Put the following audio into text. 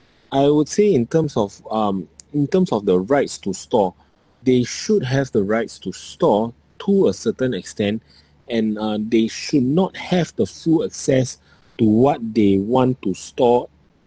I would say in terms of um in terms of the rights to store they should have the rights to store to a certain extent and uh they should not have the full access to what they want to store